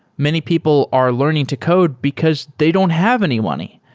many people are learning to code because they don't have any money.